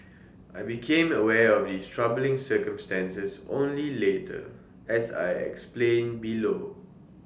I became aware of these troubling circumstances only later as I explain below